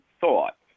thought